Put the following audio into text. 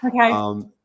Okay